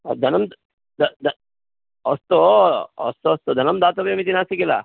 धनम् अस्तु अस्तु अस्तु धनं दातव्यम् इति नास्ति किल